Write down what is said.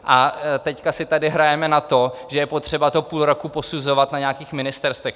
A teď si tady hrajeme na to, že je potřeba to půl roku posuzovat na nějakých ministerstvech.